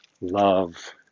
love